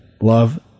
love